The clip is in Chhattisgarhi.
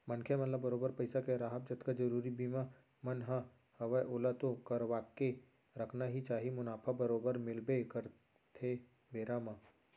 मनखे मन ल बरोबर पइसा के राहब जतका जरुरी बीमा मन ह हवय ओला तो करवाके रखना ही चाही मुनाफा बरोबर मिलबे करथे बेरा म